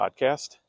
podcast